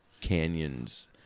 canyons